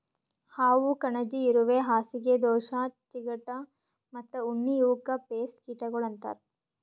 ಹಾವು, ಕಣಜಿ, ಇರುವೆ, ಹಾಸಿಗೆ ದೋಷ, ಚಿಗಟ ಮತ್ತ ಉಣ್ಣಿ ಇವುಕ್ ಪೇಸ್ಟ್ ಕೀಟಗೊಳ್ ಅಂತರ್